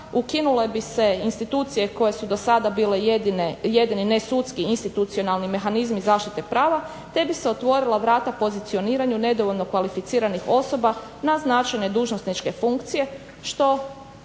ukinule bi se institucije koje su do sada bile jedini nesudski institucionalni mehanizmi zaštite prava, te bi se otvorila vrata pozicioniranju nedovoljno kvalificiranih osoba na značajne dužnosničke funkcije što